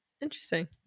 interesting